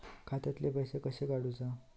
खात्यातले पैसे कशे काडूचा?